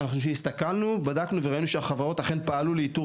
הסתכלנו בדקנו וראינו שהחברות אכן פעלו לאיתור